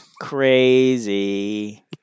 Crazy